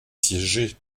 siégé